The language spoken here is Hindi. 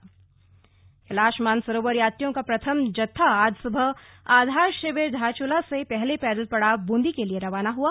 कैलाश मानसरोवर यात्रा कैलाश मानसरोवर यात्रियों का प्रथम जत्था आज सुबह आधार शिविर धारचूला से पहले पैदल पड़ाव बुंदी के लिए रवाना हुआ